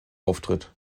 auftritt